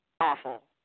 awful